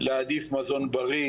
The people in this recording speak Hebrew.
להעדיף מזון בריא,